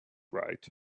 right